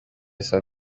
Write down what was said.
saa